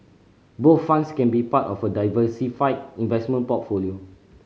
bond funds can be part of a diversified investment portfolio